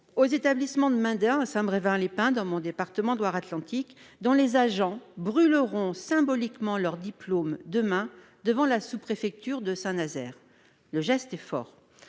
l'établissement de Saint-Brévin-les-Pins, dans mon département de la Loire-Atlantique, dont les agents brûleront symboliquement leur diplôme demain devant la sous-préfecture de Saint-Nazaire. Le geste est fort.